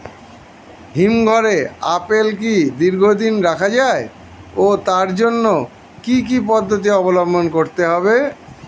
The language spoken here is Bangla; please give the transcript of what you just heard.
হিমঘরে আপেল কি দীর্ঘদিন রাখা যায় ও তার জন্য কি কি পদ্ধতি অবলম্বন করতে হবে?